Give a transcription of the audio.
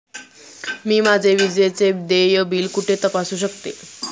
मी माझे विजेचे देय बिल कुठे तपासू शकते?